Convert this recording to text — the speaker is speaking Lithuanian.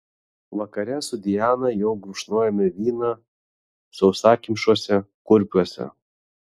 vakare su diana jau gurkšnojome vyną sausakimšuose kurpiuose